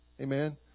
Amen